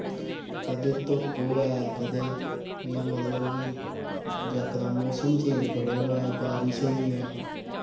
कदें धुप्प होऐ कदें इ'यां मतलब कि जकदम मौसम चेंज बड़े होऐ बारिश होई गेआ